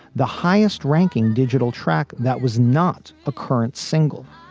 the highest ranking digital track. that was not a current single.